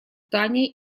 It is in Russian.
таней